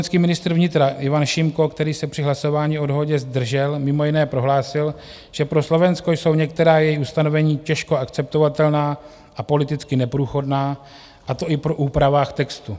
Slovenský ministr vnitra Ivan Šimko, který se při hlasování o dohodě zdržel, mimo jiné prohlásil, že pro Slovensko jsou některá její ustanovení těžko akceptovatelná a politicky neprůchodná, a to i po úpravách textu.